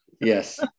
yes